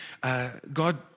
God